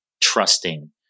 trusting